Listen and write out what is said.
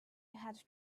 had